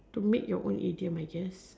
to make your own idiom I guess